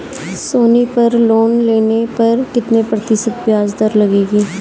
सोनी पर लोन लेने पर कितने प्रतिशत ब्याज दर लगेगी?